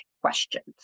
questions